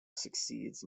succeeds